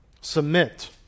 Submit